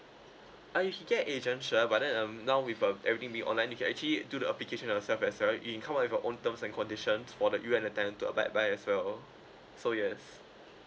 uh you can get agent sure but then um now with uh everything being online you can actually do the application yourself as well you can come up with your own terms and conditions for the you and the tenant to abide by as well so yes